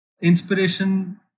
inspiration